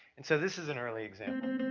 and so this is an early example